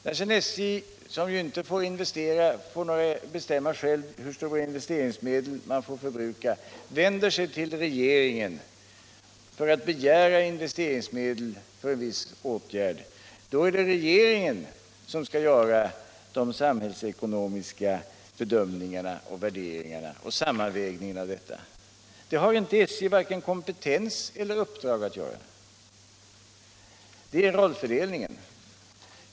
När sedan SJ, som ju inte avgör hur stora investeringsmedel verket får förbruka, vänder sig till regeringen för att begära investeringsmedel till viss åtgärd, är det regeringen som skall göra de samhällsekonomiska bedömningarna och värderingarna och den slutliga sammanvägningen. Det har inte SJ vare sig kompetens eller uppdrag att göra. Detta är rollfördelningen.